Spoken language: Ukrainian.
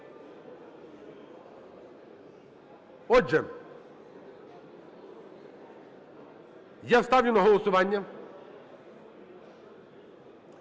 Отже, я ставлю на голосування